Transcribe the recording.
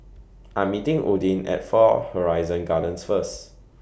I'm meeting Odin At Far Horizon Gardens First